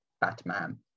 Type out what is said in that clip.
Batman